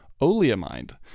oleamide